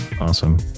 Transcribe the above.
awesome